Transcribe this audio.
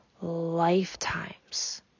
lifetimes